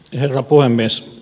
herra puhemies